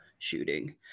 shooting